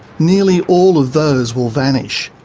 nearly all of those will vanish.